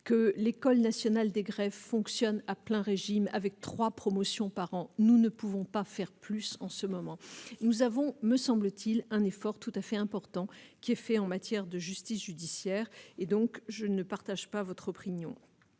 que l'École nationale des greffes fonctionne à plein régime avec 3 promotions par an, nous ne pouvons pas faire plus en ce moment, nous avons, me semble-t-il, un effort tout à fait important qui est fait en matière de justice judiciaire et donc je ne partage pas votre opinion,